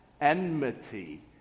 enmity